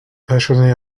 vachonnet